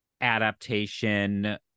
adaptation